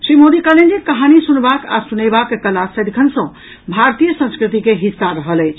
श्री मोदी कहलनि जे कहानी सुनबाक आ सुनयबाक कला सदिखन सॅ भारतीय संस्कृति के हिस्सा रहल अछि